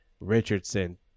Richardson